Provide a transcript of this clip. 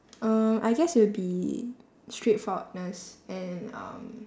um I guess it would be straightforwardness and um